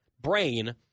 brain